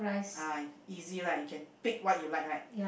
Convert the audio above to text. ah easy right you can pick what you like right